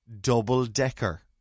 double-decker